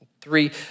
Three